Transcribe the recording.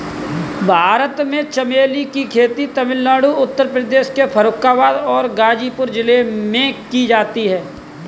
भारत में चमेली की खेती तमिलनाडु उत्तर प्रदेश के फर्रुखाबाद और गाजीपुर जिलों में की जाती है